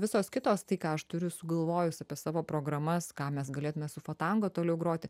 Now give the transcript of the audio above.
visos kitos tai ką aš turiu sugalvojus apie savo programas ką mes galėtume su fotango toliau groti